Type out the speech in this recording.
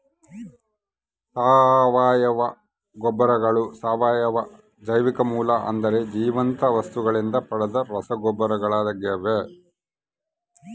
ಸಾವಯವ ಗೊಬ್ಬರಗಳು ಸಾವಯವ ಜೈವಿಕ ಮೂಲ ಅಂದರೆ ಜೀವಂತ ವಸ್ತುಗಳಿಂದ ಪಡೆದ ರಸಗೊಬ್ಬರಗಳಾಗ್ಯವ